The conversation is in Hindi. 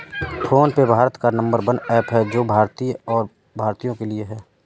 फोन पे भारत का नंबर वन ऐप है जो की भारतीय है और भारतीयों के लिए है